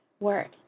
work